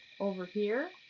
over here?